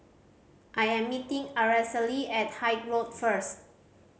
I am meeting Aracely at Haig Road first